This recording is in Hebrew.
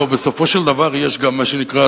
הלוא בסופו של דבר יש גם מה שנקרא,